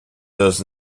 das